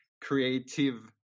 creative